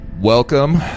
Welcome